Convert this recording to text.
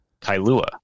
Kailua